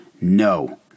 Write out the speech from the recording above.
No